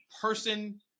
person